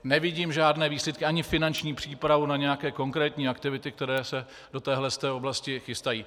Nevidím žádné výsledky ani finanční přípravu na nějaké konkrétní aktivity, které se do téhle té oblasti chystají.